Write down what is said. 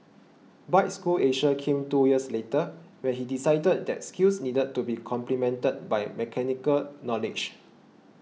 Bike School Asia came two years later when he decided that skills needed to be complemented by mechanical knowledge